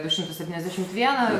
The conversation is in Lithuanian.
du šimtus septyniasdešimt vieną